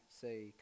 say